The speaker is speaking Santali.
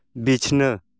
ᱵᱤᱪᱷᱱᱟᱹ